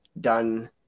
done